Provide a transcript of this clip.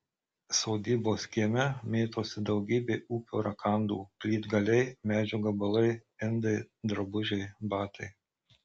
sodybos kieme mėtosi daugybė ūkio rakandų plytgaliai medžio gabalai indai drabužiai batai